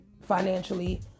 financially